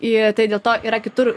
ir tai dėl to yra kitur